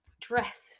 dress